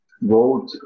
vote